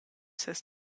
ses